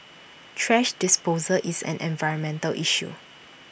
thrash disposal is an environmental issue